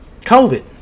COVID